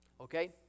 Okay